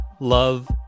Love